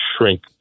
shrink